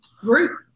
group